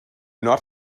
not